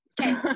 Okay